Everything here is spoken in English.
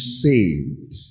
saved